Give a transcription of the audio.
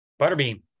butterbean